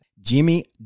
Jimmy